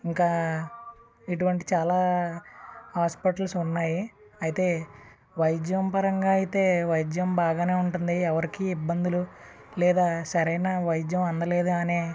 ఇంకా ఇటువంటి చాలా హాస్పిటల్స్ ఉన్నాయి అయితే వైద్యం పరంగా అయితే వైద్యం బాగానే ఉంటుంది ఎవరికి ఇబ్బందులు లేదా సరైన వైద్యం అందలేదు అనే